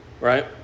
right